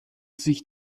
sich